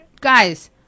guys